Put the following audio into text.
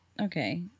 okay